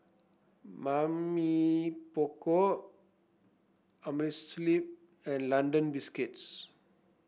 Mamy Poko Amerisleep and London Biscuits